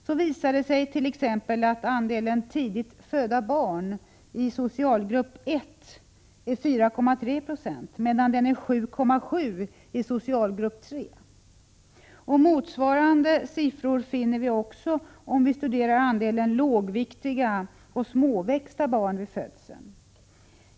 Så visar det sig att t.ex. andelen för tidigt födda barn i socialgrupp 1 är 4,3 976, medan den är 7,7 Fe i socialgrupp 3. Motsvarande siffror finner vi också, om vi studerar andelen lågviktiga och småväxta barn vid födelsen.